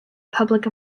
public